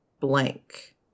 blank